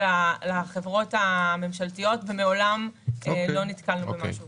לחברות הממשלתיות ומעולם לא נתקלנו במשהו כזה.